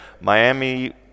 Miami